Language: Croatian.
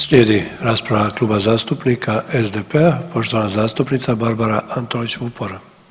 Slijedi rasprava Kluba zastupnika SDP-a, poštovana zastupnica Barbara Antolić Vupora.